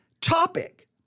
topic